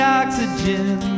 oxygen